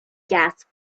gas